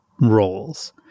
roles